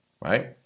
right